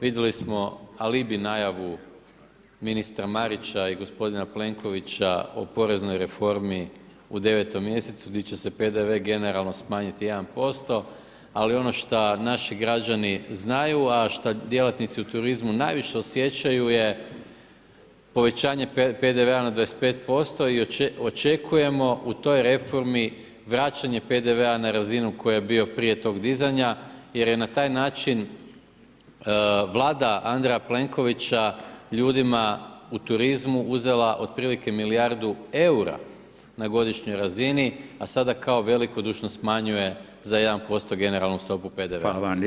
Vidjeli smo alibi najavu ministra Marića i gospodina Plenkovića o poreznoj reformi u 9. mjesecu gdje će se PDV generalno smanjiti 1%, ali ono što naši građani znaju, a što djelatnici u turizmu najviše osjećaju je povećanje PDV-a na 25% i očekujemo u toj reformi vraćanje PDV-a na razinu koja je bila prije tog dizanja jer je na taj način Vlada Andreja Plenkovića ljudima u turizmu uzela otprilike milijardu eura na godišnjoj razini, a sada kao velikodušno smanjuje za 1% generalno stopu PDV-a.